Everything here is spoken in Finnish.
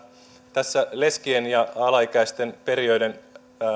tässä leskien ja alaikäisten perijöiden